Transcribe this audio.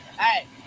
Hey